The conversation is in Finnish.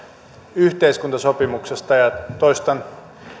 yhteiskuntasopimuksesta ja toistan